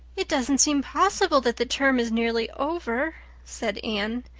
it doesn't seem possible that the term is nearly over, said anne.